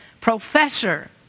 professor